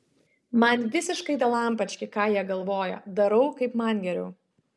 man visiškai dalampački ką jie galvoja darau kaip man geriau